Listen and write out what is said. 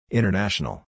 International